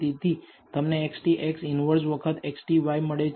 તેથી તમને XTX inverse વખત XTy મળે છે